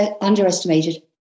underestimated